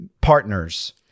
partners